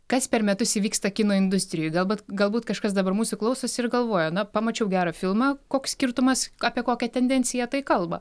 kas per metus įvyksta kino industrijoj galbūt galbūt kažkas dabar mūsų klausosi ir galvoja na pamačiau gerą filmą koks skirtumas apie kokią tendenciją tai kalba